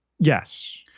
yes